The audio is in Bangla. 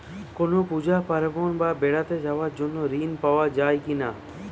কোনো পুজো পার্বণ বা বেড়াতে যাওয়ার জন্য ঋণ পাওয়া যায় কিনা?